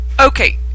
Okay